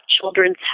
children's